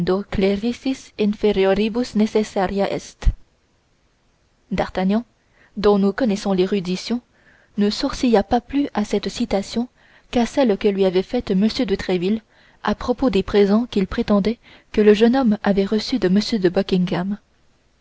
d'artagnan dont nous connaissons l'érudition ne sourcilla pas plus à cette citation qu'à celle que lui avait faite m de tréville à propos des présents qu'il prétendait que d'artagnan avait reçus de m de